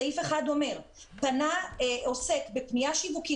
סעיף (1) אומר: פנה עוסק בפנייה שיווקית